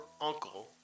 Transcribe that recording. uncle